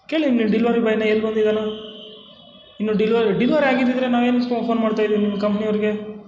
ಕೇಳಿ ನಿಮ್ಮ ಡಿಲ್ವರಿ ಬಾಯ್ನ ಎಲ್ಲಿ ಬಂದಿದಾನೋ ಇನ್ನೂ ಡಿಲ್ವರ್ ಡಿಲ್ವರಿ ಆಗಿದ್ದಿದ್ರೆ ನಾವು ಏನು ಫೋನ್ ಮಾಡ್ತಾಯಿದೀವಿ ನಿಮ್ಮ ಕಂಪ್ನಿಯವರಿಗೆ